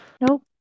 Nope